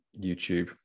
YouTube